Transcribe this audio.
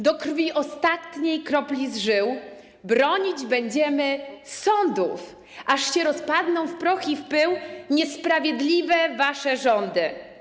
Do krwi ostatniej kropli z żył Bronić będziemy sądów, Aż się rozpadną w proch i w pył Niesprawiedliwe wasze rządy.